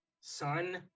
son